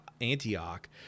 Antioch